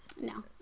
no